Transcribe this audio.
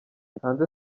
hanze